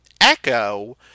Echo